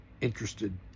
interested